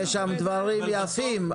יש שם דברים יפים.